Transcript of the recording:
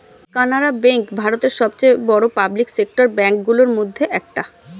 Canara bank ভারতের সবচেয়ে বড়ো পাবলিক সেক্টর ব্যাঙ্ক গুলোর মধ্যে একটা